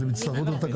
אז הם יצטרכו גם תקנות.